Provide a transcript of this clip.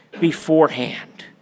beforehand